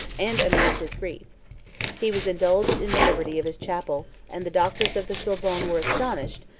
and amuse his grief he was indulged in the liberty of his chapel and the doctors of the sorbonne were astonished,